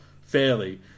fairly